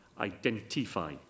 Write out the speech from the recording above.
identify